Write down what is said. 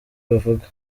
bavuga